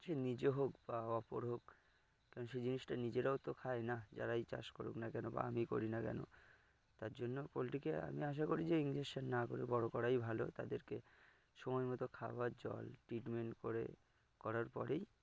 সে নিজে হোক বা অপর হোক কেন সেই জিনিসটা নিজেরাও তো খায় না যারা এই চাষ করুক না কেন বা আমি করি না কেন তার জন্য পোলট্রীকে আমি আশা করি যে ইনজেকশান না করে বড়ো করাই ভালো তাদেরকে সময় মতো খাবার জল ট্রিটমেন্ট করে করার পরেই